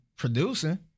producing